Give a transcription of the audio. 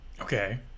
okay